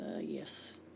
Yes